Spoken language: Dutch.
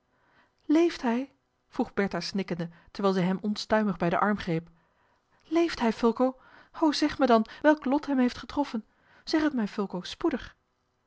leeft hij vroeg bertha snikkende terwijl zij hem onstuimig bij den arm greep leeft hij fulco o zeg mij dan welk lof hem heeft getroffen zeg het mij fulco spoedig